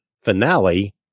finale